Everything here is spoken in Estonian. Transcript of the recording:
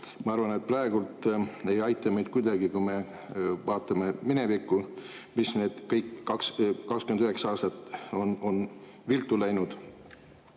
Ma arvan, et praegu ei aita meid kuidagi, kui me vaatame minevikku, et mis kõik 29 aastat on viltu läinud.